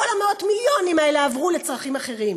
כל מאות המיליונים האלה עברו לצרכים אחרים.